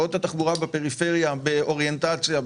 השקעות התחבורה בפריפריה באוריינטציה,